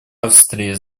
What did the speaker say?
австрии